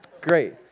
Great